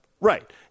Right